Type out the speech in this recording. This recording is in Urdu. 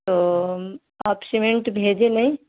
تو آپ سیمنٹ بھیجے نہیں